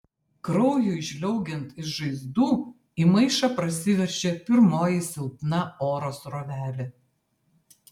kraujui žliaugiant iš žaizdų į maišą prasiveržė pirmoji silpna oro srovelė